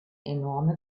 enorme